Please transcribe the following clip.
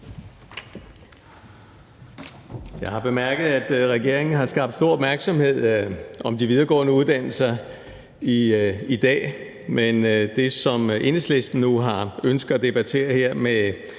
Jeg har bemærket, at regeringen har skabt stor opmærksomhed om de videregående uddannelser i dag. Men det, som Enhedslisten nu har ønske om at debattere her med